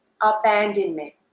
abandonment